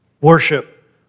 worship